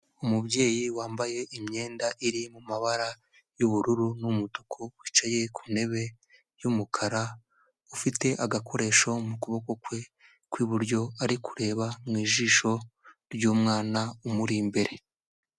Umubyeyi wambaye imyenda iri mu mabara y'ubururu n'umutuku, wicaye ku ntebe y'umukara, ufite agakoresho mu kuboko kwe kw'iburyo ari kureba mu ijisho ry'umwana umuri imbere.